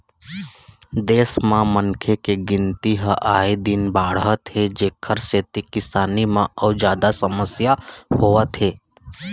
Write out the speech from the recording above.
देश म मनखे के गिनती ह आए दिन बाढ़त हे जेखर सेती किसानी म अउ जादा समस्या होवत हे